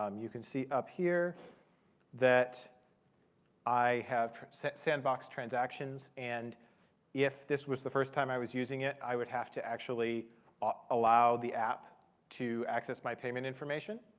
um you can see up here that i have sandbox transactions. and if this was the first time i was using it, i would have to actually allow the app to access my payment information.